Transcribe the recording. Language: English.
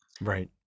Right